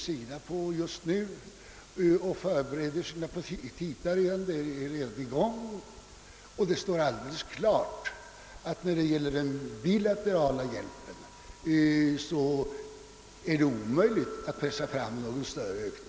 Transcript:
SIDA håller redan på att förbereda sina petita, och det står alldeles klart att det när det gäller den bilaterala hjälpen är omöjligt att pressa fram någon större ökning.